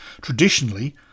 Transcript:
traditionally